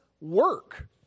work